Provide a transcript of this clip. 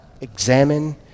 examine